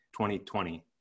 2020